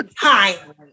time